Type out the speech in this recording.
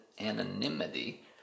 anonymity